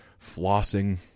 flossing